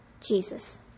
Jesus